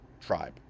tribe